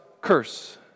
curse